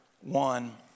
one